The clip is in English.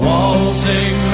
Waltzing